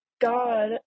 God